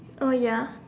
oh ya